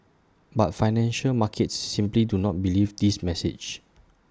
but financial markets simply do not believe this message